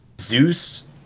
Zeus